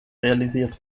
realisiert